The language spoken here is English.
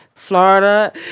Florida